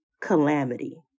calamity